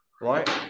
Right